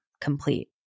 complete